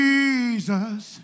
Jesus